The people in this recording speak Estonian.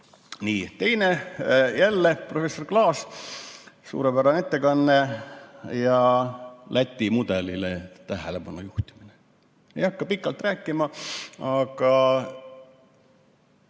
Nii. Teine, professor Klaas, jälle suurepärane ettekanne ja Läti mudelile tähelepanu juhtimine. Ei hakka pikalt rääkima, aga